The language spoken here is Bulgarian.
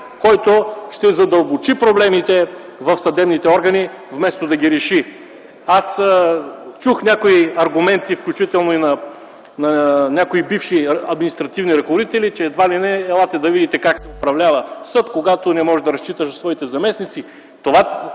който ще задълбочи проблемите в съдебните органи, вместо да ги реши. Аз чух аргументи, включително на някои бивши административни ръководители: „Елате да видите как се управлява съд, когато не можеш да разчиташ на своите заместници”. Това,